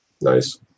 Nice